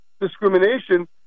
discrimination